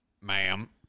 Ma'am